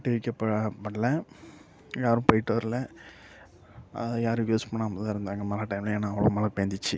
பூட்டி வைக்கப்படல யாரும் போய்விட்டு வரல அதை யாரும் யூஸ் பண்ணாமல்தான் இருந்தாங்க மழை டைமில் ஏன்னால் அவ்வளோ மழை பெஞ்சிச்சு